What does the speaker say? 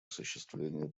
осуществлению